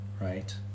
right